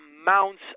amounts